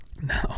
no